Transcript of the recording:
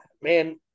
Man